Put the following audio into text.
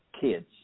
kids